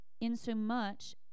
insomuch